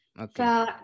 Okay